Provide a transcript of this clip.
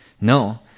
No